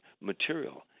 material